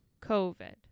COVID